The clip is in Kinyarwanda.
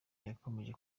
yakomeje